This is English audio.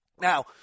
Now